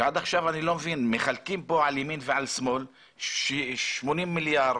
ועד עכשיו אני לא מבין מחלקים פה על ימין ועל שמאל 80 מיליארד,